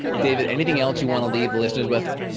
david, anything else you want to leave listeners with?